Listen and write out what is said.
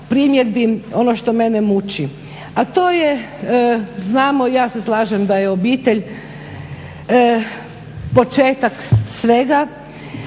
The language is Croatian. primjedbi, ono što mene muči, a to je znamo i ja se slažem da je obitelj početak svega,